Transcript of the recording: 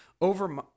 over